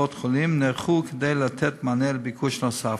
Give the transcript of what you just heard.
וקופות-החולים נערכו כדי לתת מענה על הביקוש הנוסף.